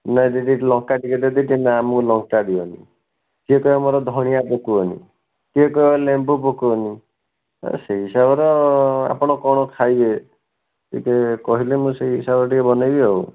ନା ଯଦି ଲଙ୍କା ଟିକେ ଦେଇଦେବି ନା ମୁଁ ଲଙ୍କା ଦିଅନି କିଏ କହିବ ମୋର ଧନିଆ ପକାଅନି କିଏ କହିବ ଲେମ୍ବୁ ପକାଅନି ସେଇ ହିସାବରେ ଆପଣ କ'ଣ ଖାଇବେ ଟିକେ କହିଲେ ମୁଁ ସେଇ ହିସାବରେ ଟିକେ ବନେଇବି ଆଉ